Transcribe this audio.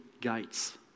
gates